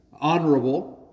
honorable